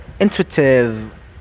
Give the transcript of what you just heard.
intuitive